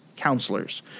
counselors